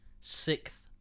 sixth